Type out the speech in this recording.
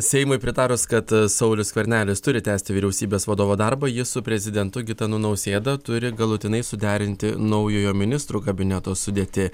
seimui pritarus kad saulius skvernelis turi tęsti vyriausybės vadovo darbą jis su prezidentu gitanu nausėda turi galutinai suderinti naujojo ministrų kabineto sudėtį